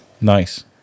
nice